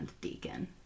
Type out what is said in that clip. Deacon